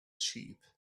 sheep